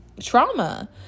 trauma